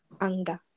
anger